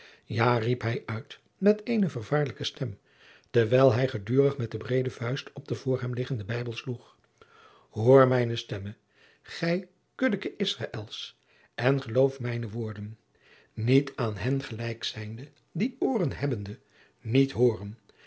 ja riep hij uit met eene vervaarlijke stem terwijl hij gedurig met de breede vuist op den voor hem liggenden bijbel sloeg hoor mijne stemme gij kuddeke israëls en geloof mijne woorden niet aan hen gelijk zijnde die ooren hebbende niet hooren